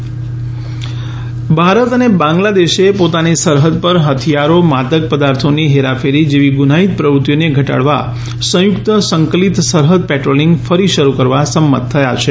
ભારત બાંગ્લાદેશ ભારત અને બાંગ્લાદેશે પોતાની સરહદ પર હથિયારો માદક પદાર્થોની હેરાફેરી જેવી ગુનાહિત પ્રવૃતિઓને ઘટાડવા સંયુક્ત સંકલિત સરહદ પેટ્રોલિંગ ફરી શરૂ કરવા સંમત થયા છે